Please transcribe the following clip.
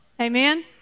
Amen